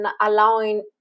allowing